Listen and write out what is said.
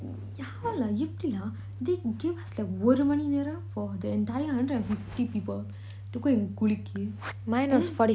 o~ how lah எப்பிடிலா:epidila they gave us like ஒரு மணி நேரம்:oru mani neram for the entire hundred and fifty people to go and குளிக்க:kulika and the